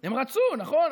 הם רצו, נכון?